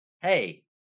Hey